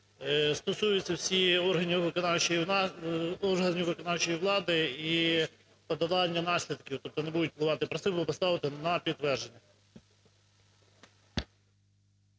Cтосується всіх органів виконавчої влади і подолання наслідків, тобто вони будуть впливати. Просив би поставити на підтвердження.